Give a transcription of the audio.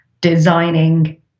designing